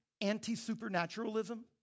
anti-supernaturalism